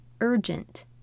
urgent